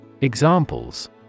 Examples